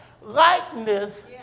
likeness